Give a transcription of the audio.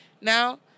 now